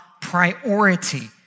priority